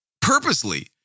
purposely